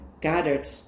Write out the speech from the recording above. gathered